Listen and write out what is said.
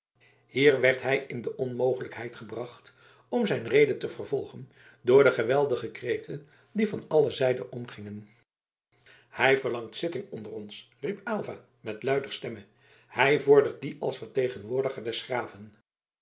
hier werd hij in de onmogelijkheid gebracht om zijn rede te vervolgen door de geweldige kreten die van alle zijden omgingen hij verlangt zitting onder ons riep aylva met luider stemme hij vordert die als vertegenwoordiger des graven